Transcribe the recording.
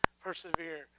persevere